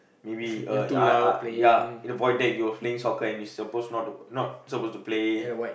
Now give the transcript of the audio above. maybe uh ah ah ya in the void deck you were playing soccer and you supposed not not supposed to play